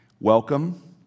Welcome